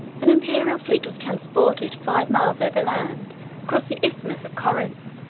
an imperial fleet was transported five miles over land across the isthmus of corinth.